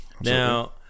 Now